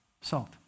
Salt